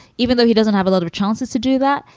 even though he doesn't have a lot of chances to do that?